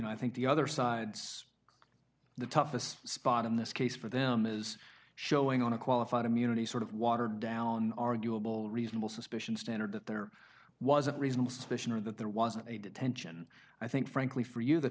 know i think the other side's the toughest spot in this case for them is showing on a qualified immunity sort of watered down arguable reasonable suspicion standard that there wasn't reasonable suspicion or that there wasn't a detention i think frankly for you the